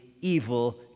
evil